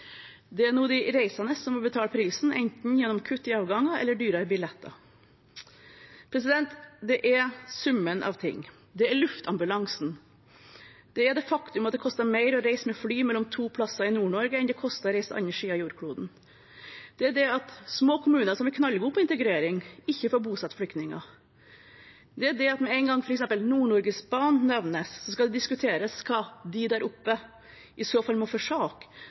Det er nå de reisende som må betale prisen, gjennom enten kutt i avganger eller dyrere billetter. Det er summen av ting. Det er luftambulansen. Det er det faktum at det koster mer å reise med fly mellom to plasser i Nord-Norge enn det koster å reise til andre siden av jordkloden. Det er det at små kommuner som er knallgode på integrering, ikke får bosette flyktninger. Det er det at med en gang f.eks. Nord-Norgebanen nevnes, skal det diskuteres hva de der oppe i så fall må